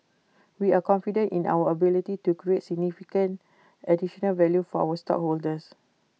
we are confident in our ability to create significant additional value for our stockholders